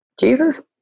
Jesus